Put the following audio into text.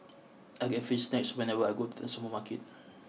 I get free snacks whenever I go to the supermarket